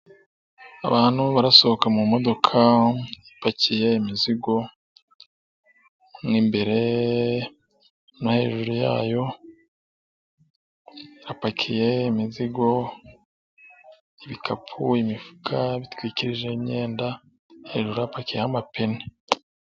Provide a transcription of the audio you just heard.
Abantu barasohoka mumodoka ipakiye imizigo mo imbere no hejuru yayo, yapakiye imizigo, ibikapu ,imifuka bitwikirijeho imyenda, hejuru hapakiyeho amapine.